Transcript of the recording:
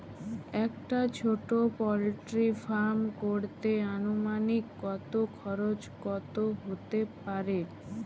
একটা ছোটো poultry farm করতে আনুমানিক কত খরচ কত হতে পারে?